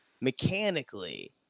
mechanically